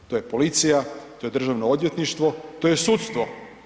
To je policija, to je državno odvjetništvo, to je sudstvo.